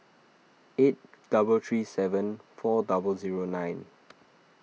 eight double three seven four double zero nine